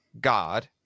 God